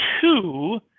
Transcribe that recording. two